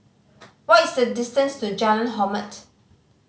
what is the distance to Jalan Hormat